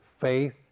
faith